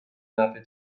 نفع